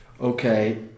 Okay